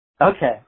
Okay